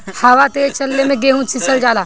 हवा तेज चलले मै गेहू सिचल जाला?